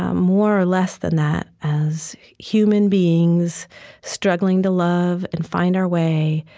ah more or less than that, as human beings struggling to love and find our way,